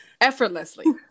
Effortlessly